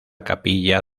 capilla